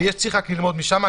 וצריך רק ללמוד משם.